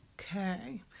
Okay